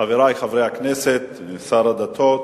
חברי חברי הכנסת, שר הדתות,